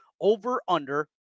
over-under